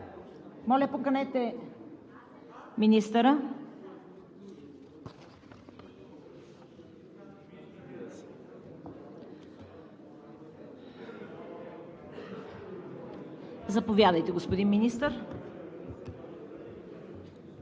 Моля, поканете министъра. Заповядайте, господин Министър.